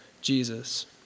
Jesus